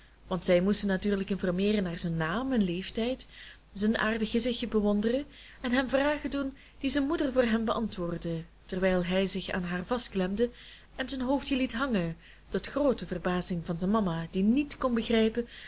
want zij moesten natuurlijk informeeren naar zijn naam en leeftijd zijn aardig gezichtje bewonderen en hem vragen doen die zijn moeder voor hem beantwoordde terwijl hij zich aan haar vastklemde en zijn hoofdje liet hangen tot groote verbazing van zijn mama die niet kon begrijpen